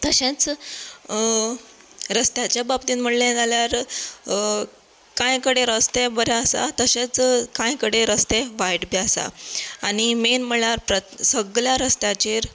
तशेंच रस्त्याचे बाबतींत म्हणलें जाल्यार कांय कडेन रस्ते बरे आसात तशेंच कांय कडेन रस्ते वायट बी आसात आनी मेन म्हणल्यार सगळ्यां रस्त्यांचेर